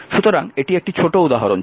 সুতরাং এটি একটি ছোট উদাহরণ ছিল